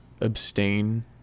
abstain